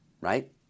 right